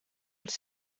els